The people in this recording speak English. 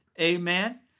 Amen